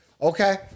Okay